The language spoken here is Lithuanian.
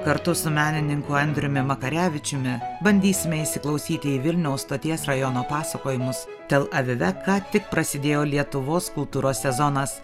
kartu su menininku andriumi makarevičiumi bandysime įsiklausyti į vilniaus stoties rajono pasakojimus tel avive ką tik prasidėjo lietuvos kultūros sezonas